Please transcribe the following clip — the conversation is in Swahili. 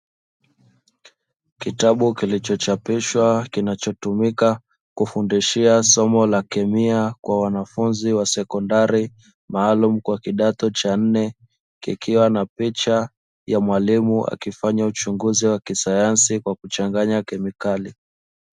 Kitabu kilichochapishwa kinachotumika kufundishia somo la chemia kwa wanafunzi wa sekondari, maalumu kwa kidato cha nne kikiwa na picha ya mwalimu akifanya uchunguzi wa kisayansi kwa kuchanganya kemikali.